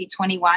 2021